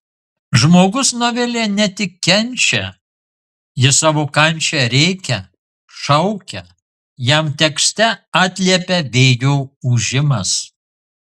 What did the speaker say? žmogus novelėje ne tik kenčia jis savo kančią rėkia šaukia jam tekste atliepia vėjo ūžimas